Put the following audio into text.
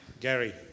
Gary